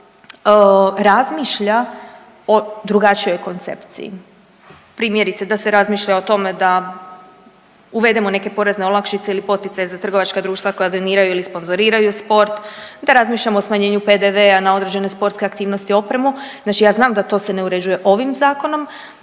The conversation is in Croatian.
radu razmišlja o drugačijoj koncepciji. Primjerice da se razmišlja o tome da uvedemo neke porezne olakšice ili poticaj za trgovačka društva koja doniraju ili sponzoriraju sport, da razmišljamo o smanjenju PDV-a na određene sportske aktivnosti i opremu. Znači ja znam da to se ne uređuje ovim zakonom,